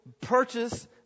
purchase